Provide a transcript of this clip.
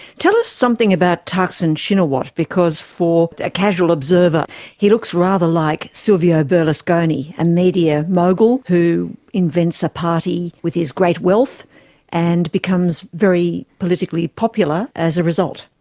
tell us something about thaksin shinawatra, because for a casual observer he looks rather like silvio berlusconi a media mogul who invents a party with his great wealth and becomes very politically popular as a result.